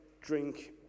drink